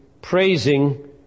praising